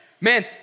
man